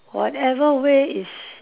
whatever way is